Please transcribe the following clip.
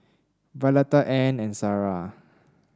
Violetta Anne and Sara